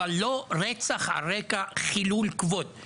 אבל לא להגיד רצח על רקע חילול כבוד המשפחה.